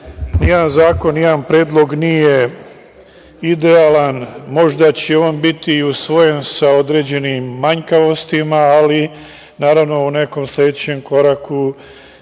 Ni jedan zakon, ni jedan predlog nije idealan, možda će on biti usvojen sa određenim manjkavostima, ali naravno u nekom sledećem koraku